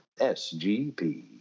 SGP